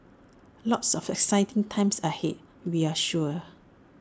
lots of exciting times ahead we're sure